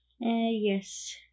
Yes